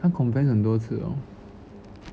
他 confess 很多次 liao